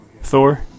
Thor